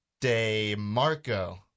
DeMarco